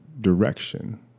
direction